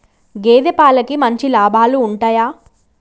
గేదే పాలకి మంచి లాభాలు ఉంటయా?